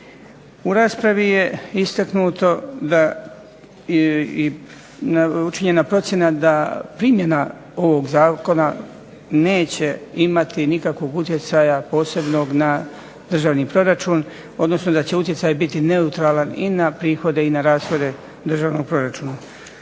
U raspravi je istaknuto i učinjena procjena da primjena ovog zakona neće imati nikakvog utjecaja posebnog na državni proračun, odnosno da će utjecaj biti neutralan i na prihode i na rashode državnog proračuna.